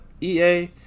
ea